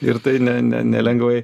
ir tai ne ne nelengvai